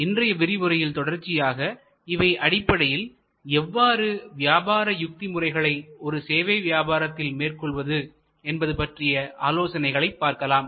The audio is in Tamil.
இன்றைய விரிவுரையில் தொடர்ச்சியாக இவை அடிப்படையில் எவ்வாறு வியாபார யுக்தி முறைகளை ஒரு சேவை வியாபாரத்தில் மேற்கொள்வது என்பது பற்றிய ஆலோசனைகளை பார்க்கலாம்